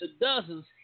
dozens